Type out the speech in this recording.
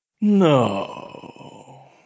no